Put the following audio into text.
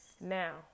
Now